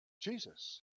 Jesus